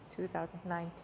2019